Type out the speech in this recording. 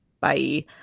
bye